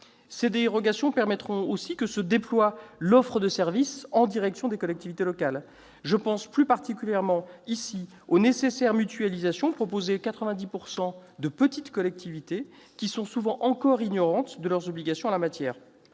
Ces dérogations permettront aussi que se déploie l'offre de services en direction des collectivités locales. Je pense plus particulièrement, ici, aux nécessaires mutualisations proposées aux 90 % de petites collectivités qui sont souvent encore ignorantes de leurs obligations en la matière.